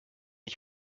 ich